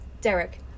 Derek